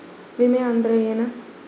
ವಿಮೆ ಅಂದ್ರೆ ಏನ?